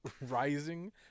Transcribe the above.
Rising